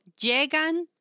llegan